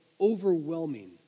overwhelming